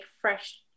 fresh